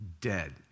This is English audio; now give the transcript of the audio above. Dead